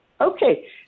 Okay